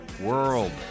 world